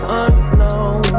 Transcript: unknown